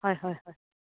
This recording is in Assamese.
হয় হয় হয়